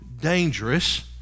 dangerous